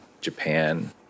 Japan